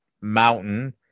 mountain